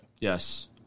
Yes